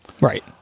Right